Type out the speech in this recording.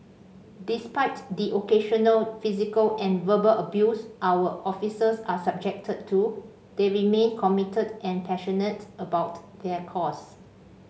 despite the occasional physical and verbal abuse our officers are subjected to they remain committed and passionate about their cause